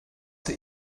der